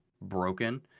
broken